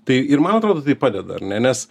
tai ir man atrodo tai padeda ar ne nes